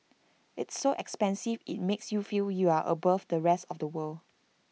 it's so expensive IT makes you feel you're above the rest of people